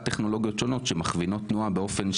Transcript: המטרה שלהם היא שממשלות יאמצו אותם או גופים מדינתיים אחרים.